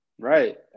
Right